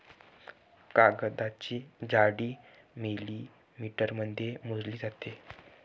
कागदाची जाडी मिलिमीटरमध्ये मोजली जाते